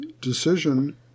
decision